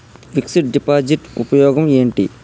Fix డ్ deposit ఉపయోగం ఏంటి?